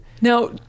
Now